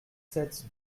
sept